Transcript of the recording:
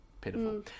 pitiful